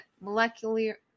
molecular